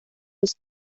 los